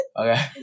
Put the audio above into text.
Okay